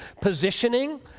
positioning